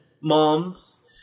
moms